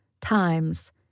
times